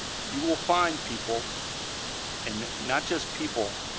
you will find people and not just people,